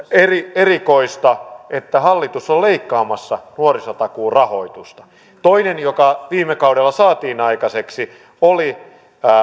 erikoista että hallitus on leikkaamassa nuorisotakuun rahoitusta toinen joka viime kaudella saatiin aikaiseksi oli